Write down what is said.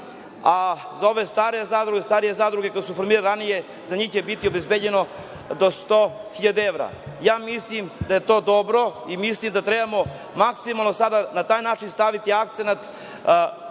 a za ove starije zadruge koje su se formirale ranije, za njih će biti obezbeđeno do 100 hiljada evra. Mislim da je to dobro i mislim da trebamo maksimalno sada na taj način staviti akcenat